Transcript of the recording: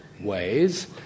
ways